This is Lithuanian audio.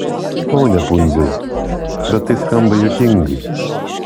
pone pundziau bet tai skamba juokingai